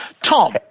Tom